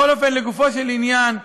בכל אופן, לגופו של עניין,